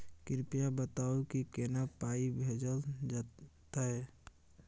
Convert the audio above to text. कृपया बताऊ की केना पाई भेजल जेतै?